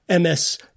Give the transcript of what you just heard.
ms